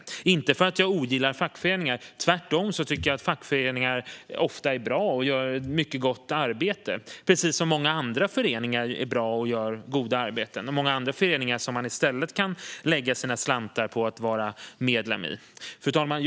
Det är inte för att jag ogillar fackföreningar - tvärtom tycker jag att fackföreningar ofta är bra och gör mycket gott arbete, precis som många andra föreningar är bra och gör gott arbete. Det finns många andra föreningar som man i stället kan lägga sina slantar på att vara medlem i. Fru talman!